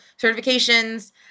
certifications